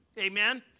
Amen